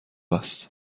است